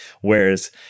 whereas